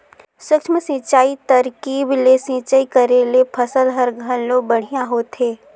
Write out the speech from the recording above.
सूक्ष्म सिंचई तरकीब ले सिंचई करे ले फसल हर घलो बड़िहा होथे